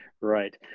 Right